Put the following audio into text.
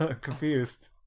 Confused